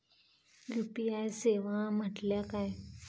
UPI सेवा म्हटल्या काय?